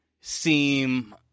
seem